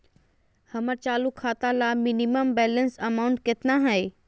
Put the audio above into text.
हमर चालू खाता ला मिनिमम बैलेंस अमाउंट केतना हइ?